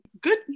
Good